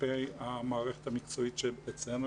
כלפי המערכת המקצועית שאצלנו,